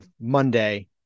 Monday